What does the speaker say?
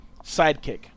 Sidekick